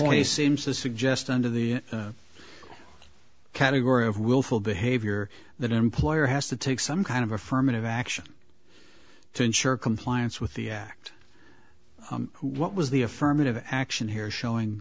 only seems to suggest under the category of willful behavior that employer has to take some kind of affirmative action to ensure compliance with the act what was the affirmative action here showing